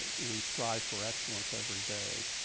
we strive for excellence everyday,